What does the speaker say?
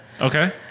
Okay